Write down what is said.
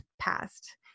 past